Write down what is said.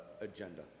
agenda